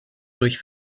durch